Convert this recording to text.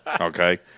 Okay